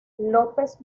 lópez